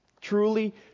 Truly